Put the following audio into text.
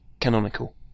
canonical